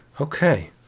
Okay